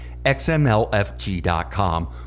xmlfg.com